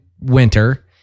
winter